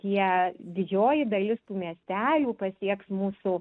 tie didžioji dalis tų miestelių pasieks mūsų